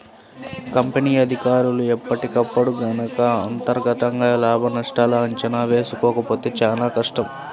company అధికారులు ఎప్పటికప్పుడు గనక అంతర్గతంగా లాభనష్టాల అంచనా వేసుకోకపోతే చానా కష్టం